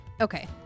Okay